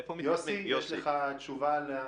יוסי, יש לך תשובה.